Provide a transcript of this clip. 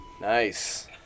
Nice